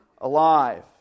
alive